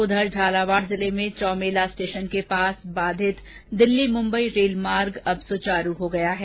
उधर झालावाड़ जिले में चौमेला स्टेशन के पास बाधित दिल्ली मुंबई रेलमार्ग अब सुचारू हो गया है